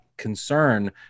concern